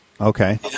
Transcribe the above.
Okay